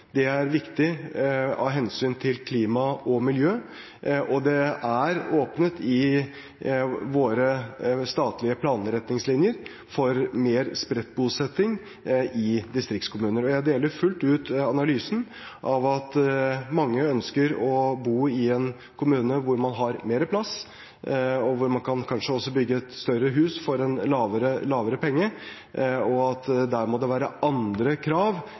Det er viktig av hensyn til klima og miljø, og det er åpnet i våre statlige planretningslinjer for mer spredt bosetting i distriktskommuner. Jeg deler fullt ut analysen at mange ønsker å bo i en kommune hvor man har mer plass, og hvor man også kanskje kan bygge et større hus for en mindre penge, og at det der må være andre krav